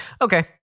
Okay